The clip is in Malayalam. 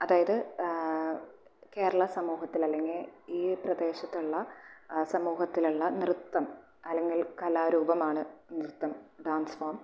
അതായത് കേരള സമൂഹത്തിൽ അല്ലെങ്കിൽ ഈ പ്രദേശത്തുള്ള സമൂഹത്തിലെല്ലാം നൃത്തം അല്ലെങ്കിൽ കലാ രൂപമാണ് നൃത്തം ഡാൻസ് ഫോം